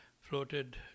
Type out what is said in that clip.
floated